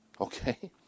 Okay